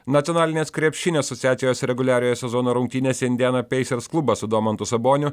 nacionalinės krepšinio asociacijos reguliariojo sezono rungtynėse indiana pacers klubas su domantu saboniu